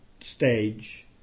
stage